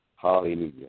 Hallelujah